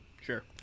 Sure